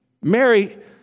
Mary